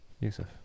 Yusuf